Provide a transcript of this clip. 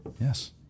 Yes